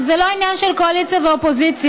זה לא עניין של קואליציה ואופוזיציה,